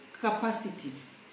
capacities